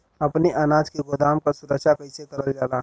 अपने अनाज के गोदाम क सुरक्षा कइसे करल जा?